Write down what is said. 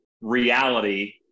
reality